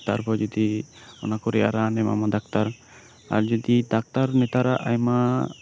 ᱛᱟᱨᱯᱚᱨ ᱡᱩᱫᱤ ᱚᱱᱟ ᱠᱚ ᱨᱮᱭᱟᱜ ᱨᱟᱱᱮ ᱮᱢᱟᱢᱟ ᱰᱟᱠᱟᱨ ᱟᱨ ᱡᱩᱫᱤ ᱰᱟᱠᱛᱟᱨ ᱱᱮᱛᱟᱨᱟᱜ ᱟᱭᱢᱟ